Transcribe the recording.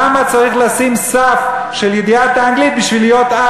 למה צריך לשים סף של ידיעת אנגלית בשביל להיות אח?